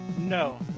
No